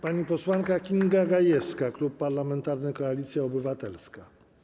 Pani posłanka Kinga Gajewska, Klub Parlamentarny Koalicja Obywatelska.